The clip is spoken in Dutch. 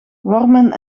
wormen